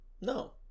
No